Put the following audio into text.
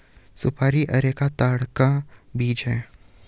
सुपारी अरेका ताड़ का बीज है